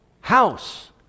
house